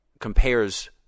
compares